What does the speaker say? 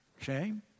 shame